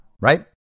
right